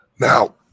Now